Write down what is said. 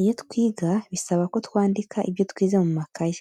Iyo twiga bisaba ko twandika ibyo twize mu makaye